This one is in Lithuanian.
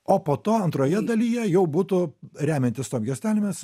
o po to antroje dalyje jau būtų remiantis tom juostelėmis